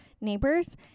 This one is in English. neighbors